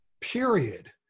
period